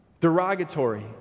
derogatory